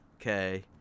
Okay